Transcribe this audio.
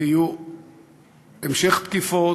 ויהיה המשך תקיפות.